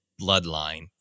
bloodline